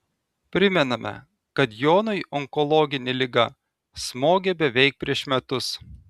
primename kad jonui onkologinė liga smogė beveik prieš metus